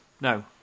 No